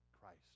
Christ